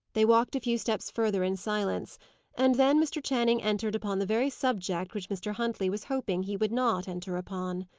they walked a few steps further in silence and then mr. channing entered upon the very subject which mr. huntley was hoping he would not enter upon.